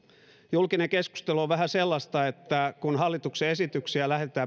julkinen keskustelu on vähän sellaista että kun hallituksen esityksiä lähetetään